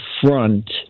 front